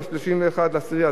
ב-31 באוקטובר,